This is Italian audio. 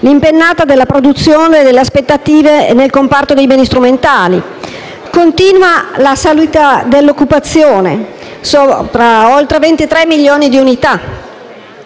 l'impennata della produzione e delle aspettative nel comparto dei beni strumentali. Continua la crescita dell'occupazione: oltre 23 milioni di unità.